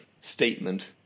statement